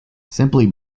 simply